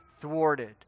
thwarted